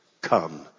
Come